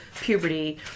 puberty